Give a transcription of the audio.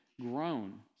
grown